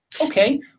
Okay